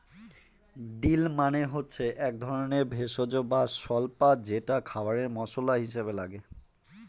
deal মানে হচ্ছে এক ধরনের ভেষজ বা স্বল্পা যেটা খাবারে মশলা হিসাবে লাগে